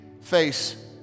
face